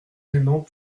gênants